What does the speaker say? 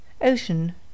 Ocean